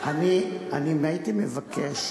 הייתי מבקש